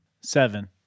Seven